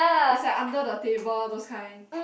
is like under the table those kind